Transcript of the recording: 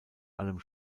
allem